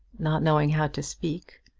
not knowing how to speak.